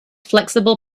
flexible